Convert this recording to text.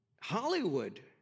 Hollywood